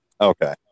Okay